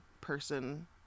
person